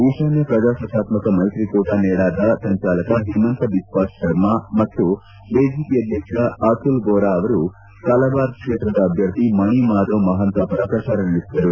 ಈತಾನ್ಯ ಪ್ರಜಾಸತ್ತಾತ್ವಕ ಮೈತ್ರಕೂಟ ನೆಡಾದ ಸಂಚಾಲಕ ಹಿಮಂತ ಬಿಸ್ವಾ ಶರ್ಮ ಮತ್ತು ಎಜೆಪಿ ಅಧ್ವಕ್ಷ ಅತುಲ್ ಬೋರ ಅವರು ಕಲಬಾರ್ ಕ್ಷೇತ್ರದ ಅಭ್ವರ್ಥಿ ಮಣಿ ಮಾಧವ್ ಮಹಂತ ಪರ ಪ್ರಚಾರ ನಡೆಸಿದರು